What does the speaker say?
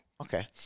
okay